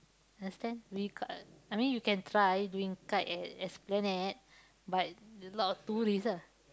understand we ka~ I mean you can try doing kite at Esplanade but a lot of tourist ah